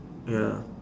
ya